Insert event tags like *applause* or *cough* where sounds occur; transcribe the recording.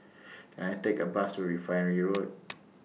Can I Take A Bus to Refinery Road *noise*